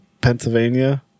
Pennsylvania